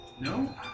No